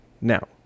Now